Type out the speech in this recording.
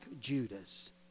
Judas